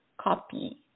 copy